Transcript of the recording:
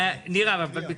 נירה, אבל בקצרה.